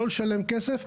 לא לשלם כסף.